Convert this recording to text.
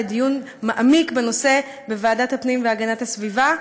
לדיון מעמיק בנושא בוועדת הפנים והגנת הסביבה.